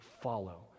follow